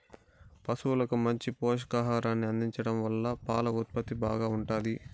పసువులకు మంచి పోషకాహారాన్ని అందించడం వల్ల పాల ఉత్పత్తి బాగా ఉంటాది